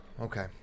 Okay